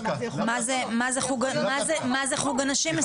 מה זה חוג אנשים מסוים?